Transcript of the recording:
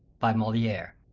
by moliere,